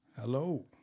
Hello